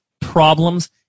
problems